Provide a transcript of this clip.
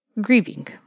grieving